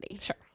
Sure